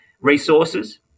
resources